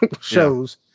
shows